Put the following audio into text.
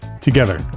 together